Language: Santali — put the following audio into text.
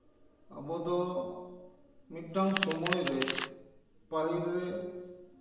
ᱟᱵᱚ ᱫᱚ ᱢᱤᱫᱴᱟᱱ ᱥᱚᱢᱚᱭ ᱨᱮ ᱯᱟᱹᱦᱤᱞ ᱨᱮ